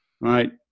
right